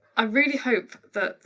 i really hope that